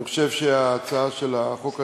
אני חושב שההצעה של החוק הנורבגי,